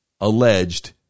alleged